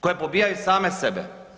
koje pobijaju same sebe.